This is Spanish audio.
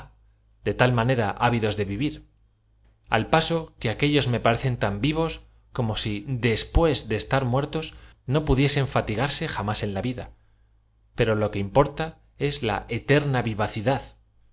de ta l manera ávidos de v iv ir al paso que aquéllos me parecen tan vivos como si después de estar muertos no pudiesen fatigarse jamás de la vida p ero lo que importa es la sfema vivacidad